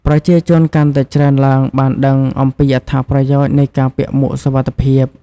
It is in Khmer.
ប្រជាជនកាន់តែច្រើនឡើងបានដឹងអំពីអត្ថប្រយោជន៍នៃការពាក់មួកសុវត្ថិភាព។